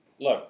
Look